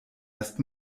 erst